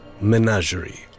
Menagerie